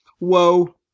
Whoa